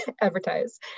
advertise